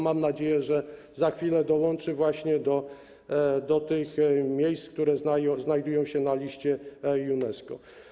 Mam nadzieję, że za chwilę dołączy właśnie do tych miejsc, które znajdują się na liście UNESCO.